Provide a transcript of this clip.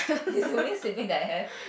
he's the only sibling that I have